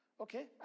okay